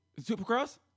Supercross